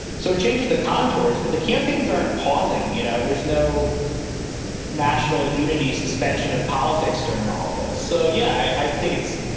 so it changes the contours, but the campaigns aren't pausing. you know, there's no national unity, suspension of politics during all of this. so, yeah, i think it's